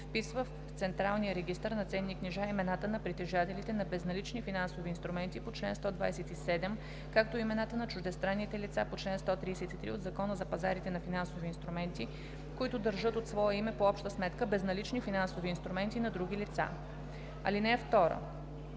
вписва в централния регистър на ценни книжа имената на притежателите на безналични финансови инструменти по чл. 127, както и имената на чуждестранните лица по чл. 133 от Закона за пазарите на финансови инструменти, които държат от свое име по обща сметка безналични финансови инструменти на други лица. (2) „Централен